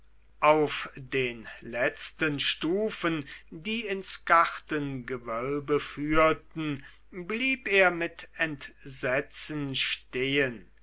auf den letzten stufen die ins gartengewölbe führten blieb er mit entsetzen stehen